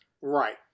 Right